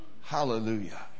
Hallelujah